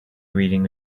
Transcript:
reading